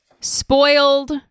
spoiled